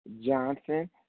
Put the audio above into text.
Johnson